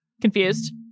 confused